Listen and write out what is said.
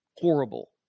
horrible